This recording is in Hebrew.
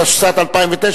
התשס"ט 2009,